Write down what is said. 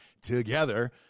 together